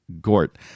Gort